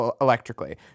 electrically